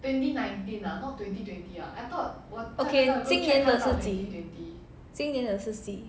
okay 今年的是几今年的是几